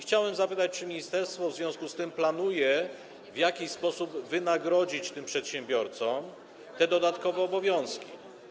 Chciałbym zapytać, czy ministerstwo w związku z tym planuje w jakiś sposób wynagrodzić tym przedsiębiorcom te dodatkowe obowiązki.